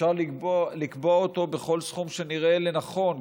אפשר לקבוע אותו בכל סכום שנראה לנכון,